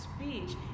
speech